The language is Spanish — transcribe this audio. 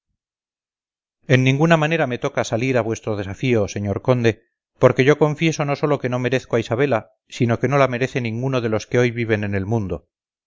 en ninguna manera me toca salir a vuestro desafío señor conde porque yo confieso no sólo que no merezco a isabela sino que no la merece ninguno de los que hoy viven en el mundo